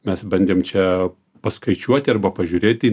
mes bandėm čia paskaičiuoti arba pažiūrėti